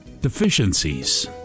deficiencies